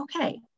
okay